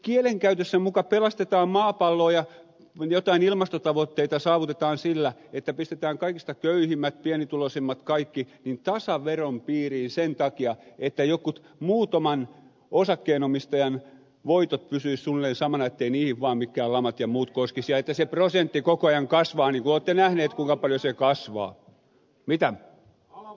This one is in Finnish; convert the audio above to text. kielenkäytössä muka pelastetaan maapalloa ja jotain ilmastotavoitteita saavutetaan sillä että pistetään kaikista köyhimmät pienituloisimmat kaikki tasaveron piiriin sen takia että muutaman osakkeenomistajan voitot pysyisivät suunnilleen samoina ettei niihin vaan mitkään lamat tai muut koskisi ja että se prosentti koko kasvaa niin kuin olette nähneet kuinka paljon se kasvaa mitä